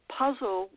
puzzle